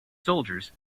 soldiers